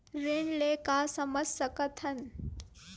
ऋण ले का समझ सकत हन?